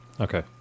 Okay